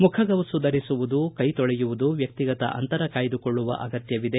ಮುಖಗವಸು ಧರಿಸುವುದು ಕೈತೊಳೆಯುವುದು ವ್ಯಕ್ತಿಗತ ಅಂತರ ಕಾಯ್ದುಕೊಳ್ಳುವ ಅಗತ್ಯವಿದೆ